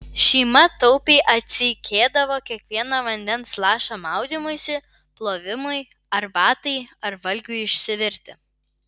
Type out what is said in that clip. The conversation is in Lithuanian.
šeima taupiai atseikėdavo kiekvieną vandens lašą maudymuisi plovimui arbatai ar valgiui išsivirti